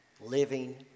living